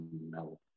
no